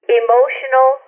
emotional